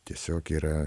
tiesiog yra